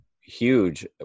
huge